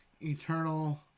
eternal